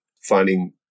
finding